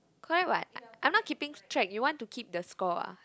correct what I'm not keeping track you want to keep the score ah